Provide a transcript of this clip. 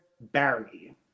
Barry